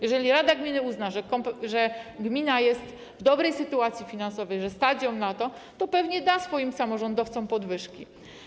Jeżeli rada gminy uzna, że gmina jest w dobrej sytuacji finansowej, że ją na to stać, to pewnie da swoim samorządowcom podwyżki.